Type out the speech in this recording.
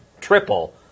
triple